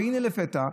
והינה לפתע,